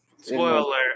Spoiler